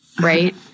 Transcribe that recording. right